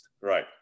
Right